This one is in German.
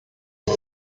der